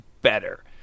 better